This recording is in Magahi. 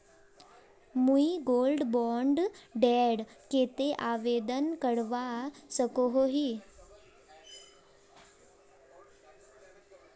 मुई गोल्ड बॉन्ड डेर केते आवेदन करवा सकोहो ही?